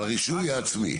על הרישוי העצמי.